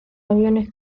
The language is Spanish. aviones